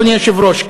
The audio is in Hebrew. אדוני היושב-ראש,